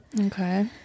Okay